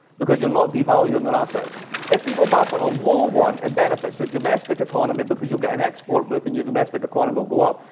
because you're not devaluing their ah if you go back on a low one, it benefits the domestic economy because you'll get an export boost and your domestic economy will go up.